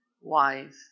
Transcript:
wife